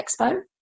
Expo